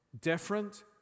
different